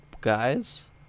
guys